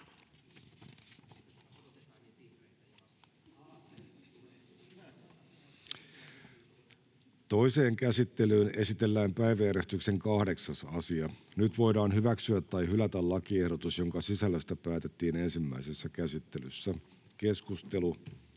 ainoaan käsittelyyn esitellään päiväjärjestyksen 7. asia. Nyt voidaan toisessa käsittelyssä hyväksyä tai hylätä lakiehdotus, jonka sisällöstä päätettiin ensimmäisessä käsittelyssä. Lopuksi